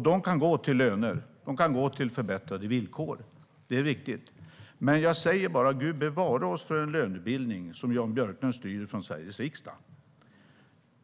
De kan gå till löner, och de kan gå till förbättrade villkor. Det är viktigt. Men jag säger bara: Gud bevare oss för en lönebildning som Jan Björklund styr ifrån Sveriges riksdag!